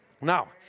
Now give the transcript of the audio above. Now